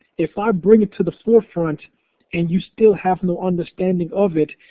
if i bring it to the forefront and you still have no understanding of it,